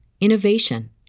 innovation